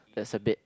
that's a bit